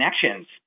connections